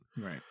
right